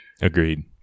Agreed